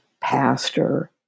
pastor